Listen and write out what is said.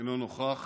אינו נוכח,